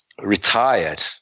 retired